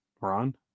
Ron